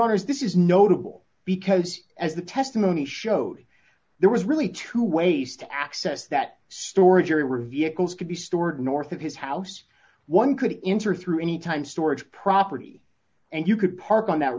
honor is this is notable because as the testimony showed there was really two ways to access that storage area were vehicles could be stored north of his house one could enter through any time storage property and you could park on that